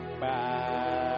Bye